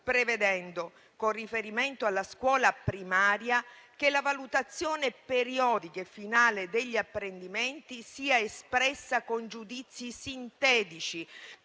prevedendo, con riferimento alla scuola primaria, che la valutazione periodica e finale degli apprendimenti sia espressa con giudizi sintetici